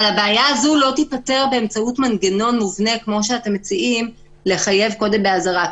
אבל הבעיה הזו לא תיפתר באמצעות מנגנון מובנה של לחייב קודם באזהרה,